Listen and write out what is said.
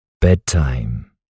bedtime